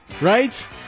right